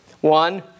One